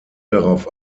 darauf